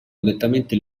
correttamente